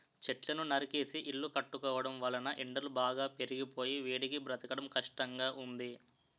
చెట్లను నరికేసి ఇల్లు కట్టుకోవడం వలన ఎండలు బాగా పెరిగిపోయి వేడికి బ్రతకడం కష్టంగా ఉంది